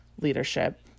leadership